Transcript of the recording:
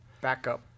backup